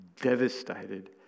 devastated